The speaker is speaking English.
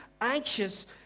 anxious